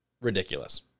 ridiculous